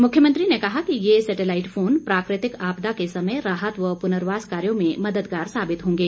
मुख्यमंत्री ने कहा कि ये सैटेलाईट फोन प्राकृतिक आपदा के समय राहत व पुर्नवास कार्यों में मददगार साबित होंगे